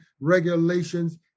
regulations